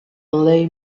lay